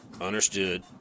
Understood